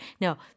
No